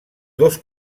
dos